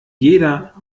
jeder